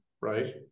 right